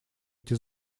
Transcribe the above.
эти